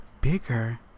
bigger